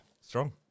Strong